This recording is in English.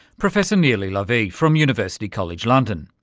professor nilli lavie from university college london.